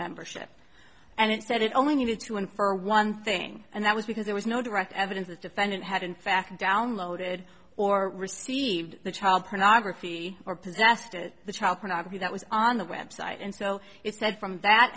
membership and it said it only needed to infer one thing and that was because there was no direct evidence that defendant had in fact downloaded or received the child pornography or possessed the child pornography that was on the web site and so it's that from that